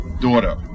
daughter